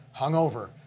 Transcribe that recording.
hungover